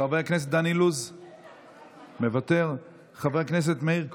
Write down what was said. חבר הכנסת דן אילוז, מוותר, חבר הכנסת מאיר כהן,